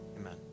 Amen